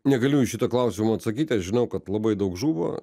negaliu jum šito klausimo atsakyti aš žinau kad labai daug žuvo